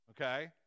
Okay